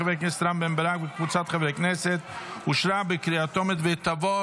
של חבר הכנסת רם בן בקר וקבוצת חברי הכנסת אושרה בקריאה טרומית ותעבור